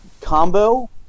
combo